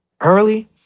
early